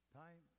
time